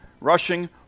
rushing